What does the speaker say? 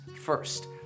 first